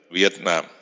Vietnam